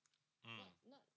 ah